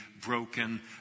broken